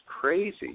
crazy